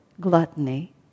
gluttony